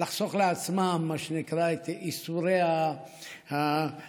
ולחסוך לעצמם, מה שנקרא, את ייסורי הכניסה.